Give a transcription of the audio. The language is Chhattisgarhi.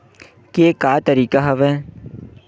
के का तरीका हवय?